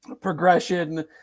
progression